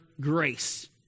grace